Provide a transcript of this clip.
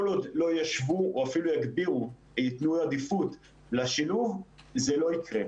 כל עוד לא ישוו או אפילו ייתנו עדיפות לשילוב זה לא יקרה.